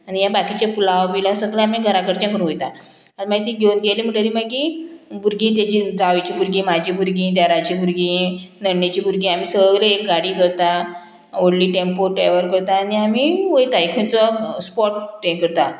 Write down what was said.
आनी हें बाकीचे पुलाव बिलाव सगळे आमी घराकडच्यान करून वयता आनी मागीर ती घेवन गेली म्हणटगीर मागीर भुरगीं तेजी जावेचीं भुरगीं म्हाजी भुरगीं देराचीं भुरगीं नण्णेंचीं भुरगीं आमी सगळीं एक गाडी करता व्हडली टॅम्पो ट्रॅवलर करता आनी आमी वयता एक खंयचो स्पोट हें करता